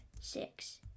six